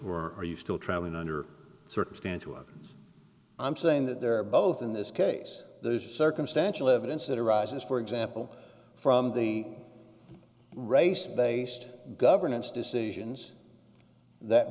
or are you still travelling under circumstantial evidence i'm saying that there are both in this case there's circumstantial evidence that arises for example from the race based governance decisions that